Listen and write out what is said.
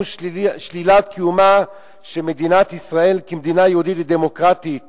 שלילת קיומה של מדינת ישראל כמדינה יהודית ודמוקרטית